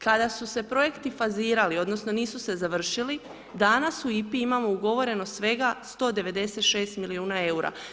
Kada su se projekti fazirali, odnosno, nisu se završili, danas u IPA-i imamo ugovoreno svega 196 milijuna eura.